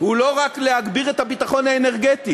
היא לא רק להגביר את הביטחון האנרגטי,